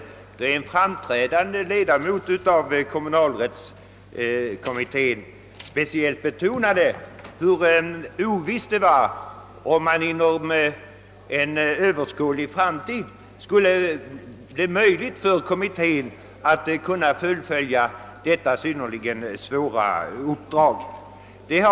En framträdande ledamot av kommunalrättskommittén betonade då speciellt ovissheten huruvida det inom en överskådlig framtid skulle bli möjligt för kommittén att fullfölja detta synnerligen svåra uppdrag.